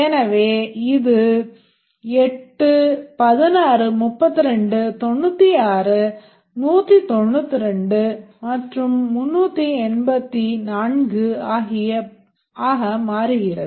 எனவே இது 8 16 32 96 192 மற்றும் 384 ஆக மாறுகிறது